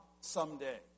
someday